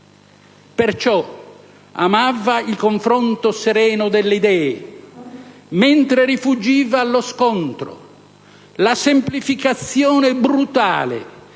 Perciò amava il confronto sereno delle idee, mentre rifuggiva lo scontro, la semplificazione brutale